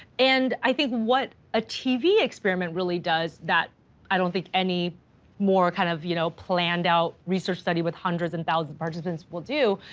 and i think what a tv experiment really does that i don't think any more kind of, you know planned out research study with hundreds and thousands of participants will do,